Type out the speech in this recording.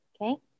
okay